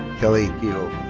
kelly kehoe.